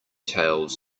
tales